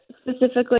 specifically